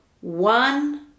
one